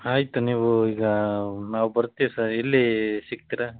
ಆಯ್ತು ನೀವು ಈಗ ನಾವು ಬರ್ತಿವಿ ಸರ್ ಎಲ್ಲಿ ಸಿಗ್ತೀರ